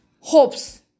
hopes